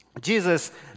Jesus